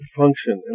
function